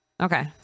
okay